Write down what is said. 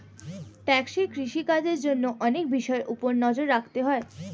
টেকসই কৃষি কাজের জন্য অনেক বিষয়ের উপর নজর রাখতে হয়